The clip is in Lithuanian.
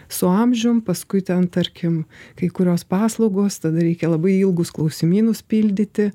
su amžium paskui ten tarkim kai kurios paslaugos tada reikia labai ilgus klausimynus pildyti